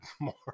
more